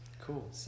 Cool